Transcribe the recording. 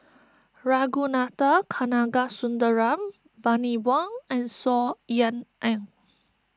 Ragunathar Kanagasuntheram Bani Buang and Saw Ean Ang